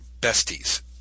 besties